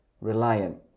reliant